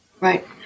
Right